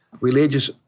religious